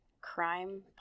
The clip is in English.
crime